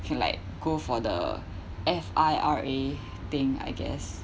will like go for the F_I_R_A thing I guess